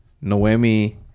noemi